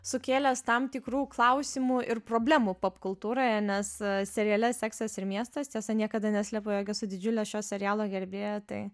sukėlęs tam tikrų klausimų ir problemų popkultūroje nes seriale seksas ir miestas tiesa niekada neslėpiau jog esu didžiulė šio serialo gerbėja tai